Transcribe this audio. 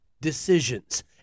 decisions